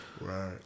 Right